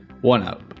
One-up